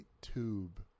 tube